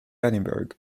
edinburgh